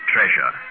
Treasure